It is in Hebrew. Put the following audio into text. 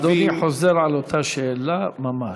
אדוני חוזר על אותה שאלה ממש.